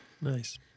Nice